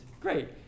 Great